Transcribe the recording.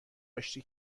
آشتی